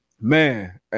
man